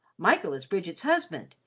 michael is bridget's husband,